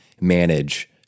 manage